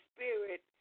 Spirit